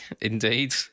Indeed